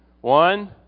One